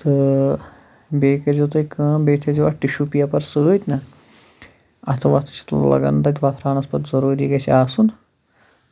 تہٕ بیٚیہِ کٔرۍ زیو تُہۍ کٲم بیٚیہِ تھٔےزیو اَتھ ٹِشوٗ پیپَر سۭتۍ نہ اَتھٕ وَتھٕ چھِنا لگان تَتہِ وَتھراونَس پَتہٕ ضٔروٗری گژھِ آسُن